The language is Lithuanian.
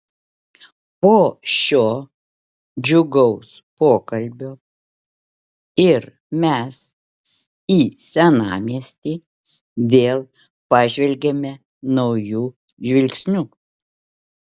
po šio džiugaus pokalbio ir mes į senamiestį vėl pažvelgiame nauju žvilgsniu